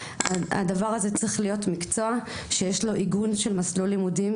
הדבר הזה צריך להיות מקצוע שיש לו עיגון של מסלול לימודים.